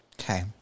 Okay